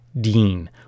Dean